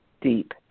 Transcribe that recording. deep